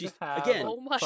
Again